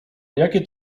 jakie